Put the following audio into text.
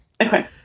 Okay